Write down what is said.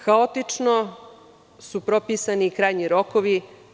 Haotično su propisani i krajnji rokovi.